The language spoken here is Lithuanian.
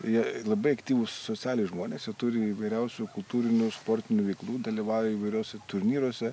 jie labai aktyvūs socialiai žmonės jie turi įvairiausių kultūrinių sportinių veiklų dalyvauja įvairiuose turnyruose